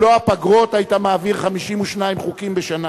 אם לא הפגרות, היית מעביר 52 חוקים בשנה.